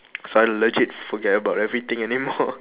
so I legit forget about everything anymore